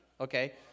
Okay